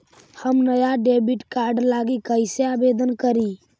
हम नया debit card लागी कईसे आवेदन करी?